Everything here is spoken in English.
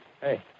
Hey